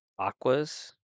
aquas